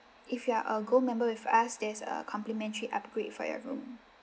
if you are a gold member with us there's a complimentary upgrade for your room